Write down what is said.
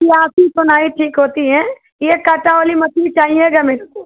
पियासी तो नहीं ठीक होती हैं यह कांटा वाली मछली चाहिएगा मेरे को